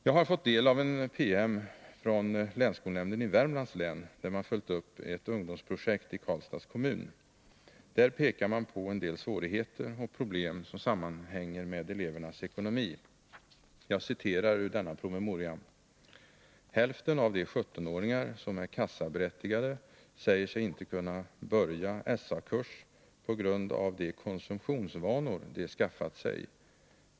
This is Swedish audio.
Jag har fått del av en PM från länsskolnämnden i Värmlands län, där man följt upp ett ungdomsprojekt i Karlstads kommun. Där pekar man på en del svårigheter och problem som sammanhänger med elevernas ekonomi. Jag citerar ur denna PM: ”Hälften av de 17-åringar som är kassaberättigade säger sig inte kunna börja SA-kurs p. g. a. de konsumtionsvanor de skaffat sig.